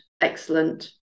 excellent